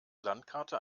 landkarte